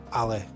ale